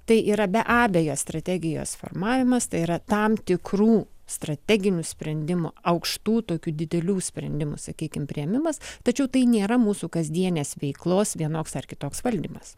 tai yra be abejo strategijos formavimas tai yra tam tikrų strateginių sprendimų aukštų tokių didelių sprendimų sakykim priėmimas tačiau tai nėra mūsų kasdienės veiklos vienoks ar kitoks valdymas